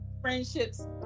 friendships